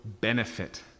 benefit